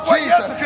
Jesus